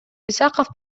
исаков